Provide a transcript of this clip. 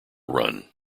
run